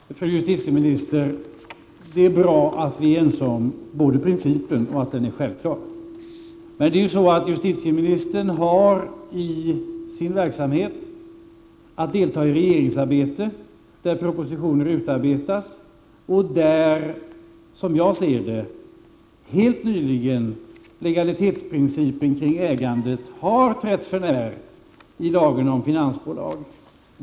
Herr talman! Fru justitieminister! Det är bra att vi är ense om både principen och att den är självklar. Men justitieministern har i sin verksamhet att delta i regeringsarbetet, vilket innebär bl.a. utarbetande av propositioner. Och helt nyligen har, som jag ser det, legalitetsprincipen när det gäller ägandet trätts för när i lagen om finansbolag.